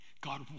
God